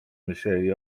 myśleli